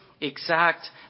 Exact